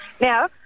Now